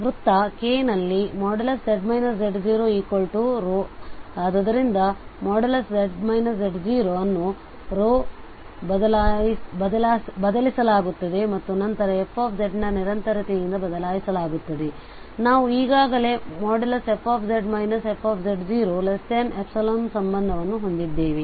ಆದ್ದರಿಂದ ಈ ವೃತ್ತ K ನಲ್ಲಿ z z0ρ ಆದ್ದರಿಂದ z z0 ಅನ್ನು ಬದಲಿಸಲಾಗುತ್ತದೆ ಮತ್ತು ನಂತರ f ನ ನಿರಂತರತೆಯಿಂದ ಬದಲಾಯಿಸಲಾಗುತ್ತದೆ ನಾವು ಈಗಾಗಲೇ fz fz0ϵ ಸಂಬಂಧವನ್ನು ಹೊಂದಿದ್ದೇವೆ